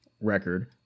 record